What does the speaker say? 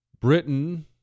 Britain